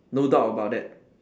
no doubt about that